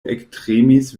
ektremis